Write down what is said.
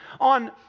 on